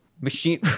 Machine